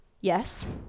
Yes